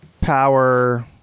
power